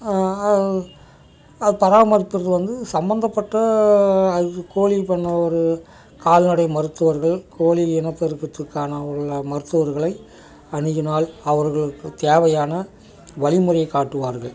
அதை பராமரிக்கிறது வந்து சம்மந்தப்பட்ட கோழி பண்ணை ஒரு கால்நடை மருத்துவர்கள் கோழி இனப்பெருக்கத்துக்கான மருத்துவர்களை அணுகினால் அவர்களுக்கு தேவையான வழிமுறையை காட்டுவார்கள்